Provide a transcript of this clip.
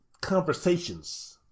conversations